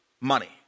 money